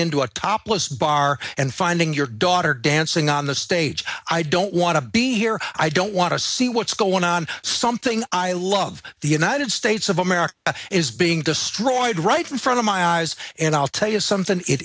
into a topless bar and finding your daughter dancing on the stage i don't want to be here i don't want to see what's going on something i love the united states of america is being destroyed right in front of my eyes and i'll tell you something it